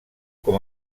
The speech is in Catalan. com